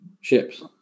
ships